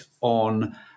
on